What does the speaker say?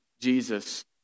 Jesus